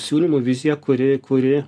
siūlymų viziją kuri kuri